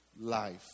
life